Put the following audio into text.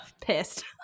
Pissed